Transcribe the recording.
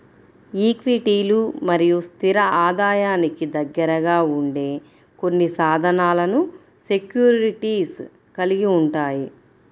ఈక్విటీలు మరియు స్థిర ఆదాయానికి దగ్గరగా ఉండే కొన్ని సాధనాలను సెక్యూరిటీస్ కలిగి ఉంటాయి